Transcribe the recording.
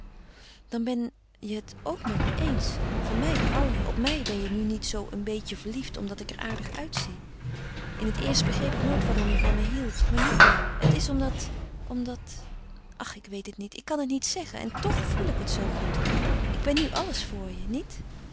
dan ben je het ook met me eens van mij hou je op mij ben je nu niet zoo een beetje verliefd omdat ik er aardig uitzie in het eerst begreep ik nooit waarom je van me hieldt maar nu wel het is omdat omdat ach ik weet het niet ik kan het niet zeggen en toch voel ik het zoo goed ik ben nu alles voor je niet